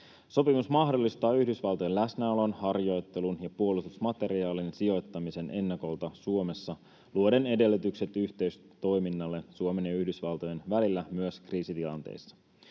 Sopimus mahdollistaa Yhdysvaltojen läsnäolon, harjoittelun ja puolustusmateriaalin sijoittamisen ennakolta Suomessa luoden edellytykset yhteistoiminnalle Suomen ja Yhdysvaltojen välillä myös kriisitilanteissa.